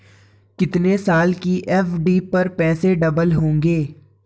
कितने साल की एफ.डी पर पैसे डबल होंगे?